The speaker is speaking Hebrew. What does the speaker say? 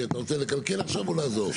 כן, אתה רוצה לקלקל עכשיו או לעזור?